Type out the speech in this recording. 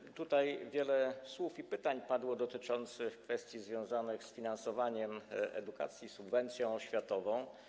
Padło tutaj wiele słów i pytań dotyczących kwestii związanych z finansowaniem edukacji, subwencją oświatową.